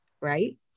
right